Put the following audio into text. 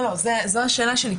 זו השאלה שלי,